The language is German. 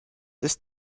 ist